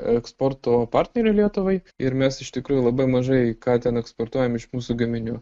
eksporto partnerių lietuvai ir mes iš tikrųjų labai mažai ką ten eksportuojam iš mūsų gaminių